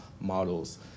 models